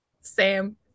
Sam